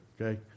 okay